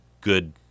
good